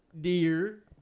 Dear